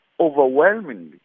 overwhelmingly